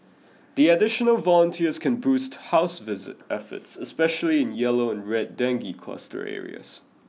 the additional volunteers can boost house visit efforts especially in yellow and red dengue cluster areas